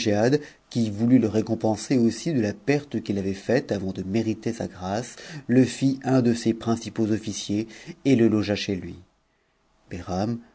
qui voulut le récompenser aussi de la perte qu'il avait faite avant de mériter sa grâce le fit un de ses principaux officiers et le logea chez lui